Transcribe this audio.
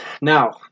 Now